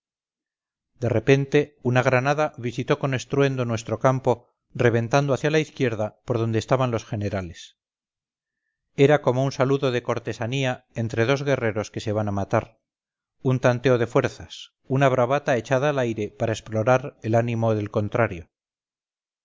de repente una granada visitó con estruendo nuestro campo reventando hacia la izquierda por donde estaban los generales era como un saludo de cortesanía entre dos guerreros que se van a matar un tanteo de fuerzas una bravata echada al aire para explorar el ánimo del contrario